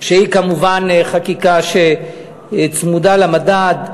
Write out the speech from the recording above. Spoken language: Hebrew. שהיא כמובן חקיקה שצמודה למדד,